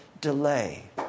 delay